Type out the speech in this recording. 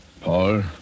Paul